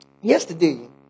yesterday